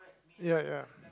ya ya